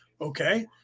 Okay